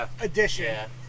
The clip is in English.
edition